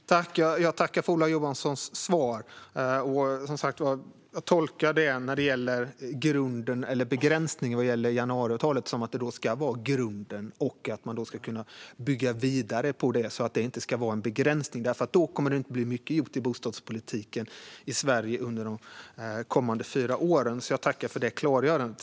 Herr talman! Jag tackar för Ola Johanssons svar. När det gäller om januariavtalet ska vara grunden eller en begränsning tolkar jag det som att det ska vara grunden och att man ska kunna bygga vidare på det. Det ska alltså inte vara en begränsning. Då skulle det nämligen inte bli mycket gjort i bostadspolitiken i Sverige under de kommande fyra åren, så jag tackar för det klargörandet.